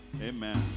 Amen